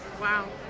Wow